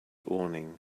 awning